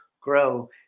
grow